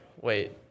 wait